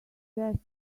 desk